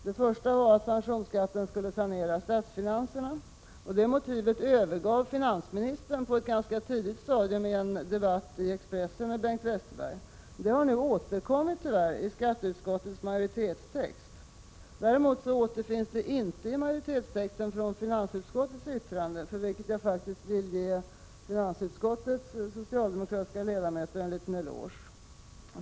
Det första var att pensionsskatten skulle sanera statsfinanserna. Detta motiv övergav finansministern på ett ganska tidigt stadium i en debatt i Expressen med Bengt Westerberg. Det har nu tyvärr återkommit i skatteutskottets majoritetstext. Däremot återfinns det inte i majoritetstexten till finansutskottets yttrande, för vilket jag vill ge finansutskottets socialdemokratiska ledamöter en liten eloge.